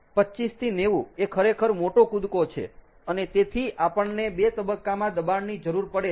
25 થી 90 એ ખરેખર મોટો કૂદકો છે અને તેથી આપણને 2 તબક્કામાં દબાણની જરૂર પડે છે